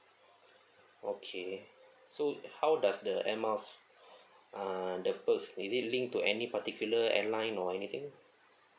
okay so how does the air miles uh the perks is it linked to any particular airline or anything